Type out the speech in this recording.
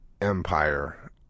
Empire